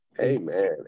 amen